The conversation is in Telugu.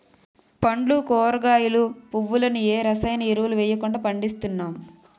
పండ్లు కూరగాయలు, పువ్వులను ఏ రసాయన ఎరువులు వెయ్యకుండా పండిస్తున్నాం